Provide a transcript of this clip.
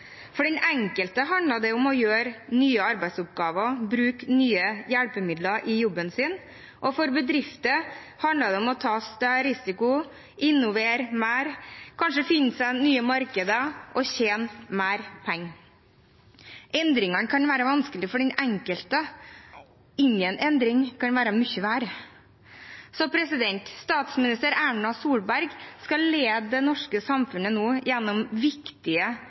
av den. For den enkelte handler det om å gjøre nye arbeidsoppgaver, bruke nye hjelpemidler i jobben sin. For bedrifter handler det om å ta større risiko, innovere mer, kanskje finne seg nye markeder og tjene mer penger. Endringene kan være vanskelige for den enkelte – ingen endring kan være mye verre. Statsminister Erna Solberg skal nå lede det norske samfunnet gjennom viktige